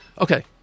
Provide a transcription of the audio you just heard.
okay